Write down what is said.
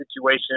situation